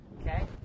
Okay